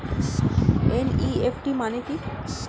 NEFT মানে কি?